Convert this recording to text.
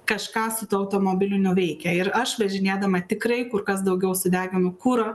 kažką su tuo automobiliniu nuveikia ir aš važinėdama tikrai kur kas daugiau sudeginu kuro